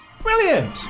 Brilliant